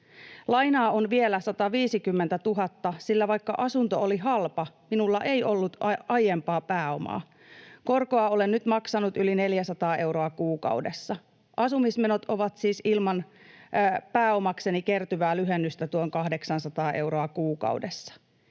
Lainaa on vielä 150 000, sillä vaikka asunto oli halpa, minulla ei ollut aiempaa pääomaa. Korkoa olen nyt maksanut yli 400 euroa kuukaudessa. Asumismenot ovat siis ilman pääomakseni kertyvää lyhennystä tuon 800 euroa kuukaudessa.